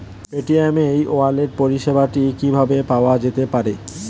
Paytm e wallet পরিষেবাটি কিভাবে পাওয়া যেতে পারে?